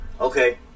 okay